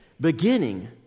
Beginning